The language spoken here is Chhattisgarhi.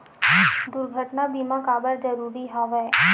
दुर्घटना बीमा काबर जरूरी हवय?